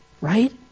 right